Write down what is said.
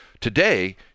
today—